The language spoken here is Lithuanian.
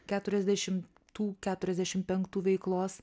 keturiasdešimtų keturiasdešim penktų veiklos